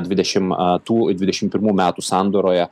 dvidešim a tų dvidešim pirmų metų sandūroje